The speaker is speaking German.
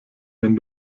wenn